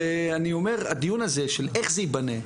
ואני אומר שהדיון הזה של איך זה ייבנה,